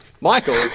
Michael